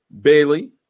Bailey